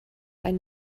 ein